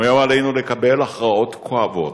גם היום עלינו לקבל הכרעות כואבות,